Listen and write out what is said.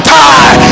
die